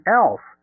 else